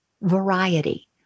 variety